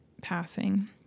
passing